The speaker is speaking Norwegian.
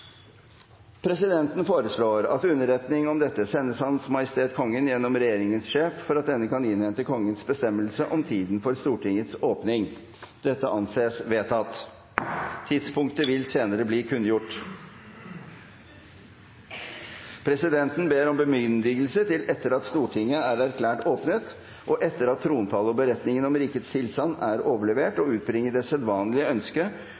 Presidenten foreslår at underretning om dette sendes Hans Majestet Kongen gjennom regjeringens sjef, for at denne kan innhente Kongens bestemmelse om tiden for Stortingets åpning. – Det anses vedtatt. Tidspunktet vil senere bli kunngjort. Presidenten ber om bemyndigelse til, etter at Stortinget er erklært åpnet, og etter at trontalen og beretningen om rikets tilstand er overlevert, å utbringe det sedvanlige